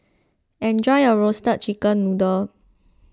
enjoy your Roasted Chicken Noodle